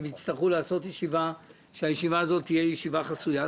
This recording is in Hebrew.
אם יצטרכו לעשות ישיבה שהישיבה הזאת תהיה חסויה,